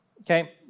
Okay